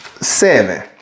seven